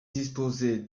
disposer